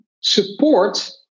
support